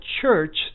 church